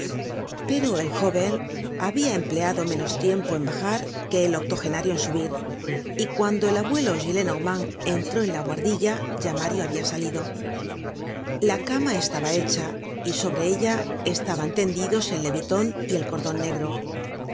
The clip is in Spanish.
pero el jóven habia empleado menos tiempo en bajar que el octogenario en subir y cuando el abuelo gillenormand entró en la buhardilla ya mario habia salido la cama estaba hecha y sobre ella estaban tendidos el leviton y el cordon negro